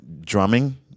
drumming